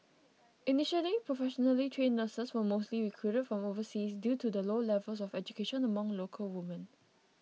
initially professionally trained nurses were mostly recruited from overseas due to the low levels of education among local women